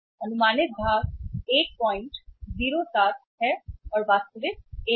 अनुमानित भाग 107 है और वास्तविक 1 है